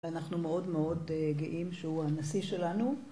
אנחנו מאוד מאוד גאים שהוא הנשיא שלנו